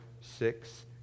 six